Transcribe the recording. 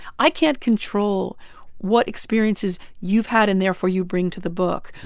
i can't control what experiences you've had and therefore you bring to the book,